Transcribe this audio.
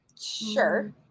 sure